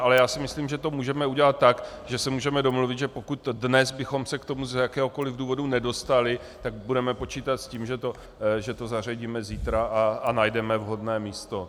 Ale já si myslím, že to můžeme udělat tak, že se můžeme domluvit, že pokud dnes bychom se k tomu z jakéhokoliv důvodu nedostali, tak budeme počítat s tím, že to zařadíme zítra a najdeme vhodné místo.